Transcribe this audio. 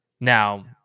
Now